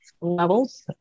Levels